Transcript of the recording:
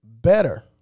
better